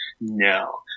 no